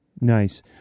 Nice